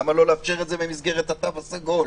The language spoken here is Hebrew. למה לא לאפשר את זה במסגרת התו הסגול?